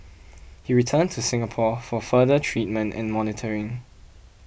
he returned to Singapore for further treatment and monitoring